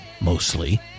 Mostly